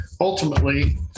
ultimately